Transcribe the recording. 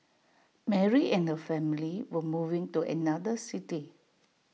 Mary and her family were moving to another city